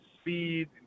speed